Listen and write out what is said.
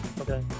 okay